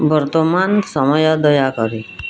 ବର୍ତ୍ତମାନ ସମୟ ଦୟାକରି